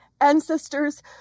ancestors